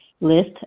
list